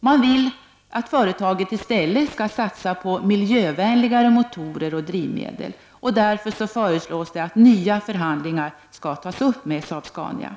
Man vill att företaget i stället skall satsa på miljövänligare motorer och drivmedel. Därför föreslås att nya förhandlingar skall tas upp med Saab-Scania.